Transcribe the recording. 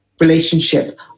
Relationship